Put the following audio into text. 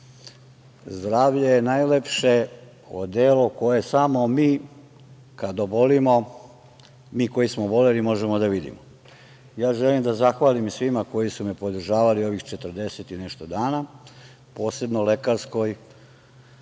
Zdravlje je najlepše odelo koje samo mi kad obolimo, mi koji smo oboleli možemo da vidimo. Želim da zahvalim svima koji su me podržavali ovih 40 i nešto dana, posebno lekarskoj